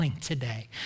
today